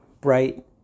Bright